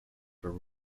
for